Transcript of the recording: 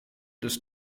des